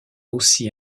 aussi